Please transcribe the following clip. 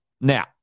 now